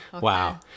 Wow